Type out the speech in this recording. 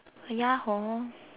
ya hor